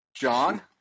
John